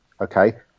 okay